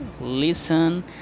listen